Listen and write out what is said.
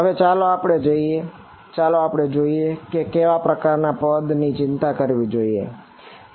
હવે ચાલો પાછા જઈએ અને જોઈએ કે આપણે કેવા પ્રકારના પદ ની ચિંતા કરવી જોઈએ બરાબર